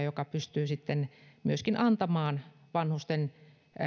joka pystyy sitten myöskin antamaan vanhusten